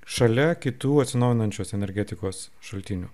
šalia kitų atsinaujinančios energetikos šaltinių